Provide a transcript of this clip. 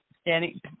standing